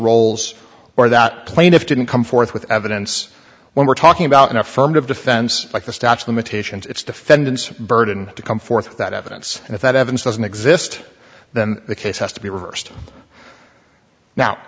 roles or that plaintiff didn't come forth with evidence when we're talking about an affirmative defense like the statue of limitations it's defendants burden to come forth that evidence and if that evidence doesn't exist then the case has to be reversed now